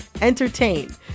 entertain